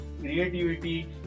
creativity